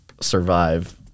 survive